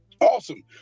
awesome